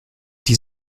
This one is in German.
die